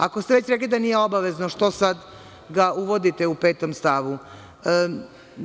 Ako ste već rekli da nije obavezno, što sad ga uvodite u stavu 5?